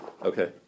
Okay